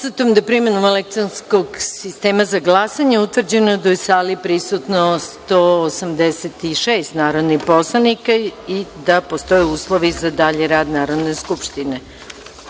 da je, primenom elektronskog sistema za glasanje, utvrđeno da je u sali prisutno 186 narodnih poslanika i da postoje uslovi za dalji rad Narodne skupštine. Saglasno